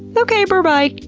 okay, berbye!